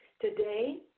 Today